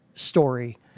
story